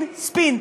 ספין, ספין.